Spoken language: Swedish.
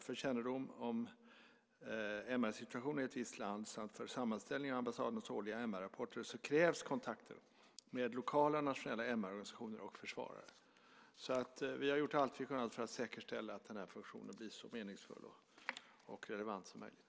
För kännedom om MR-situationen i ett visst land samt för sammanställning av ambassadens årliga MR-rapporter krävs kontakter med lokala nationella MR-organisationer och försvarare. Så vi har gjort allt vi har kunnat för att säkerställa att den här funktionen blir så meningsfull och relevant som möjligt.